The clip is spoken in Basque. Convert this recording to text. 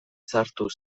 sartu